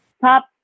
top